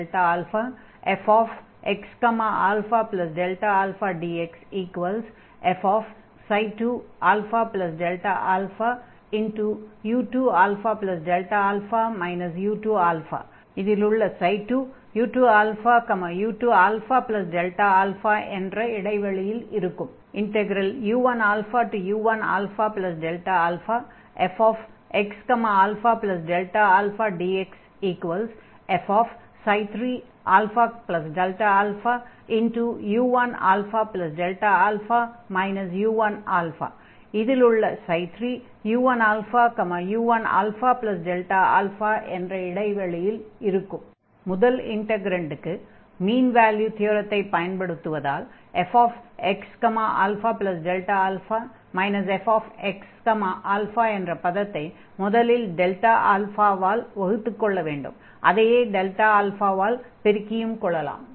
u2u2αfxαdxf2αΔαu2αΔα u2 ξ2u2u2αΔα u1u1αΔαfxαΔαdxf3αΔαu1αΔα u1 3u1u1αΔα முதல் இன்டக்ரன்டுக்கு mean value தியரத்தைப் பயன்படுத்துவதால் fxα fxα என்ற பதத்தை முதலில் ஆல் வகுத்துக் கொண்டு அதையே ஆல் பெருக்கிக் கொள்ளலாம்